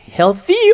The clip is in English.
Healthy